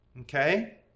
Okay